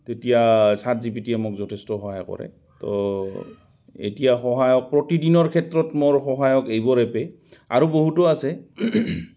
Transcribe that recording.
তেতিয়া ছাত জি পি টিয়ে মোক যথেষ্ট সহায় কৰে তো এতিয়া সহায়ক প্ৰতিদিনৰ ক্ষেত্ৰত মোৰ সহায়ক এইবোৰ এপে আৰু বহুতো আছে